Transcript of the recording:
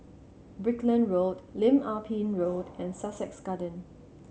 Brickland Road Lim Ah Pin Road and Sussex Garden